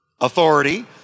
authority